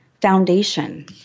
foundation